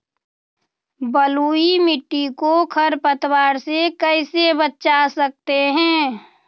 बलुई मिट्टी को खर पतवार से कैसे बच्चा सकते हैँ?